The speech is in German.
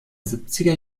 siebziger